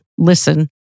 listen